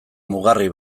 mugarri